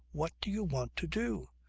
what do you want to do?